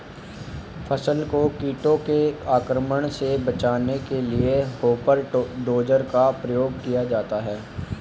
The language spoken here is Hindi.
फसल को कीटों के आक्रमण से बचाने के लिए हॉपर डोजर का प्रयोग किया जाता है